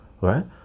right